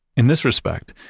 in this respect,